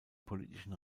politischen